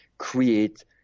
create